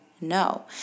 No